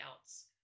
else